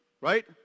right